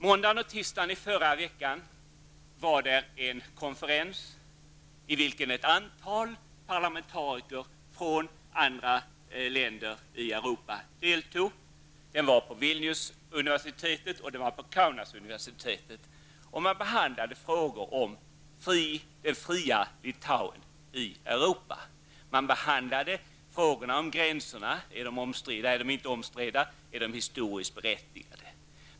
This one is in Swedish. Måndagen och tisdagen i förra veckan var det en konferens i vilken ett antal parlamentariker från andra länder i Europa deltog. Den ägde rum på Vilniusuniversitetet och på Kaunasuniversitetet. Man behandlade frågor om det fria Litauen i Europa. Man behandlade frågor om gränserna -- är de omstridda eller inte, är de historiskt berättigade?